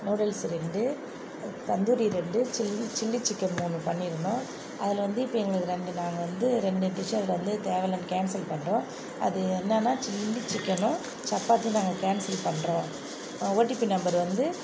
noodles ரெண்டு தந்துாரி ரெண்டு chilli chilli chicken மூணு பண்ணிருந்தோம் அதில் வந்து இப்போ எங்களுக்கு ரெண்டு நாங்கள் வந்து ரெண்டு டிஸ்ஸு அதில் வந்து தேவ இல்லைன்னு கேன்சல் பண்ணுறோம் அது என்னென்னா சில்லி சிக்கனும் சப்பாத்தி நாங்கள் கேன்சல் பண்ணுறோம் ஓடிபி நம்பர் வந்து